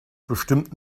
bestimmt